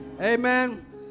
amen